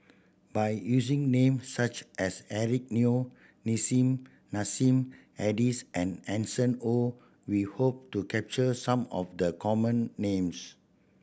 by using names such as Eric Neo Nissim Nassim Adis and Hanson Ho we hope to capture some of the common names